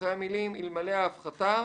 אחרי המילים "אלמלא ההפחתה"